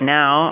now